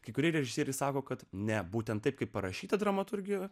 kai kurie režisieriai sako kad ne būtent taip kaip parašytą dramaturgiją